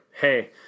hey